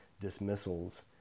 dismissals